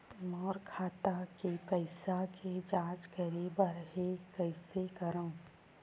मोर खाता के पईसा के जांच करे बर हे, कइसे करंव?